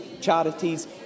charities